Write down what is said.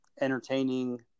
entertaining